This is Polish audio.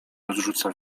rozrzuca